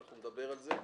ואנחנו נדבר על זה.